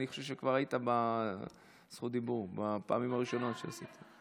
אני חושב שכבר היית בזכות דיבור בפעמים הראשונות שהייתי יושב-ראש.